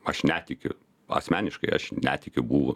aš netikiu asmeniškai aš netikiu buvo